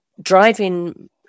driving